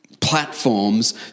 platforms